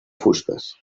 fustes